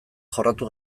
jorratu